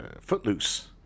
Footloose